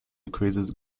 decreases